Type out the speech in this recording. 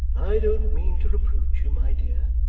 i don't mean to reproach you, my dear.